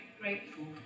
grateful